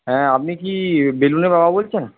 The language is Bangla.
হ্যাঁ আপনি কি বেলুনের বাবা বলছেন